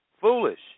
Foolish